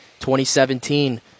2017